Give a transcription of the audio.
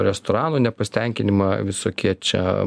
restoranų nepasitenkinimą visokie čia